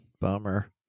Bummer